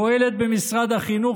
פועלת במשרד החינוך,